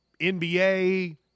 NBA